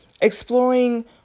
exploring